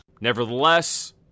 Nevertheless